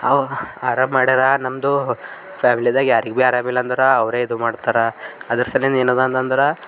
ಅವರು ಆರಾಮ ಮಾಡ್ಯಾರ ನಮ್ಮದು ಫ್ಯಾಮಿಲಿದಾಗ ಯಾರಿಗೆ ಭೀ ಆರಾಮ್ ಇಲ್ಲಂದ್ರೆ ಅವರೇ ಇದು ಮಾಡ್ತಾರ ಅದರ ಸಲಿಂದ ಏನಿದೆ ಅಂತಂದ್ರೆ